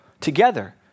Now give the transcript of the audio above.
together